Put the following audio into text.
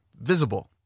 visible